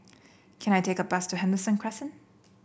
can I take a bus to Henderson Crescent